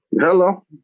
Hello